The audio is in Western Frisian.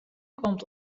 komt